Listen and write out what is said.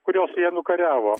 kuriuos jie nukariavo